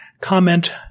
Comment